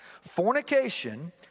fornication